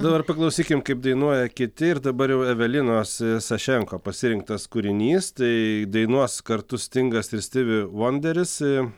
dabar paklausykim kaip dainuoja kiti ir dabar jau evelinos sašenko pasirinktas kūrinys tai dainuos kartu stingas ir stivi vuonderis